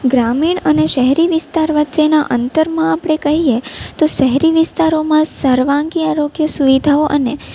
ગ્રામીણ અને શહેરી વિસ્તાર વચ્ચેનાં અંતરમાં આપણે કહીએ તો શહેરી વિસ્તારોમાં સર્વાંગી આરોગ્ય સુવિધાઓ અને